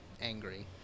angry